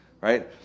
right